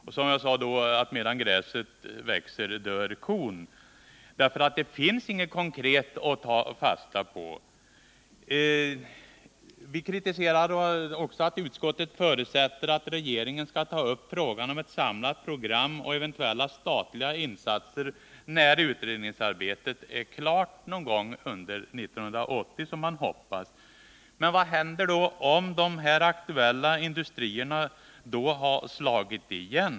Jag sade också att medan gräset växer dör kon, för det finns inget konkret att ta fasta på. Vi kritiserade vidare att utskottet förutsätter att regeringen skall ta upp frågan om ett samlat program och eventuella statliga insatser när utredningsarbetet är klart någon gång under 1980, som man hoppas. Men vad händer om de här aktuella industrierna då har slagit igen?